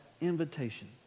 invitation